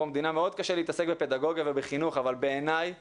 המדינה מאוד קשה להתעסק בפדגוגיה ובחינוך אבל בעיניי